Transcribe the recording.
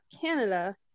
Canada